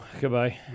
Goodbye